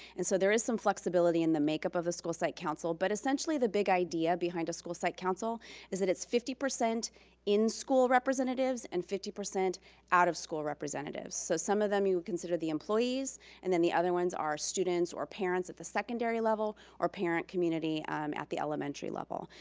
and so there is some flexibility in the makeup of the school site council. but essentially, the big idea behind a school site council is that it's fifty percent in school representatives and fifty percent out of school representatives. so some of them you consider the employees and then the other ones are students or parents at the secondary level or parent community at the elementary level.